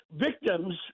victims